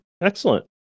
Excellent